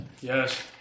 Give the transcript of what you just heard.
Yes